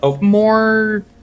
more